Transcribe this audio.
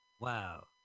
Wow